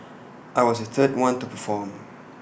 I was the third one to perform